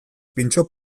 pintxo